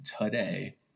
today